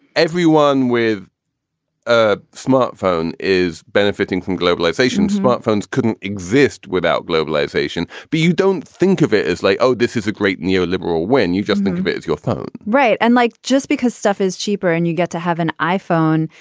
everyone with a smartphone is benefiting from globalization. smartphones couldn't exist without globalization. but you don't think of it as like, oh, this is a great neo liberal when you just think of it as your phone right. and like just because stuff is cheaper and you get to have an iphone,